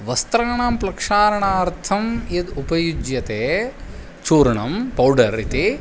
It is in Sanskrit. वस्त्राणां प्रक्षालनार्थं यद् उपयुज्यते चूर्णं पौडर् इति